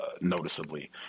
noticeably